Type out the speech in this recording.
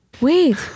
Wait